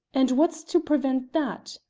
and what's to prevent that?